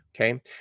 okay